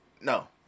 no